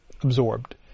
absorbed